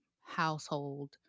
household